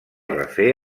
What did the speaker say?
refer